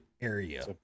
area